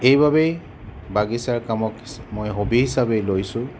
এইবাবেই বাগিছাৰ কামক মই হবি হিচাপে লৈছোঁ